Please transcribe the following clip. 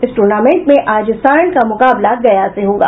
इस टुर्नामेंट में आज सारण का मुकाबला गया से होगा